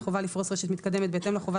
חובה לפרוס רשת מתקדמת בהתאם לחובה